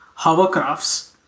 hovercrafts